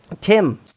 Tim